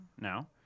now